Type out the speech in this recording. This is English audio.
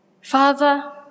Father